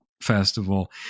festival